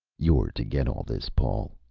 you're to get all this, paul,